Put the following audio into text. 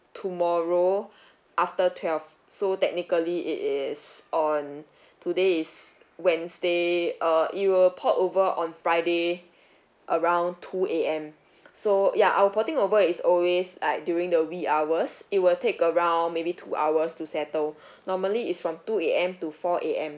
tomorrow after twelve so technically it is on today is wednesday err it will port over on friday around two A_M so ya our porting over is always like during the wee hours it will take around maybe two hours to settle normally it's from two A_M to four A_M